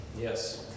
Yes